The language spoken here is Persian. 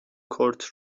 کورت